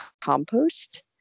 compost